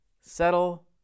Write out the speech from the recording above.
Settle